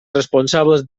responsables